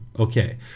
Okay